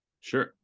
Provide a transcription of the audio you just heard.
Sure